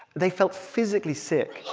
they felt physically sick.